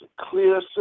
clear